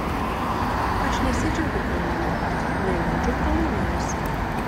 aš nesidžiaugiu kai laimiu neliūdžiu pralaimėjusi